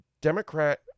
democrat